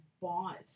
bought